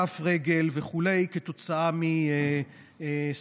כף רגל וכו' כתוצאה מסוכרת